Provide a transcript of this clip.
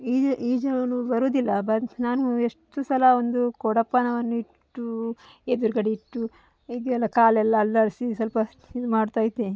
ಈ ಈಜಲು ಬರುವುದಿಲ್ಲ ಬಟ್ ನಾನು ಎಷ್ಟು ಸಲ ಒಂದು ಕೊಡಪಾನವನ್ನು ಇಟ್ಟು ಎದ್ರುಗಡೆ ಇಟ್ಟು ಹೀಗೆ ಎಲ್ಲ ಕಾಲೆಲ್ಲ ಅಲ್ಲಾಡಿಸಿ ಸ್ವಲ್ಪ ಇದುಮಾಡ್ತಾಯಿದ್ದೆ